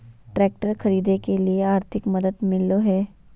Tractor खरीदे के लिए आर्थिक मदद मिलो है?